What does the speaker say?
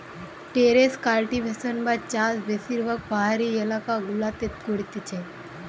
terrace cultivation বা চাষ বেশিরভাগ পাহাড়ি এলাকা গুলাতে করতিছে